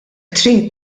trid